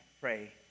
pray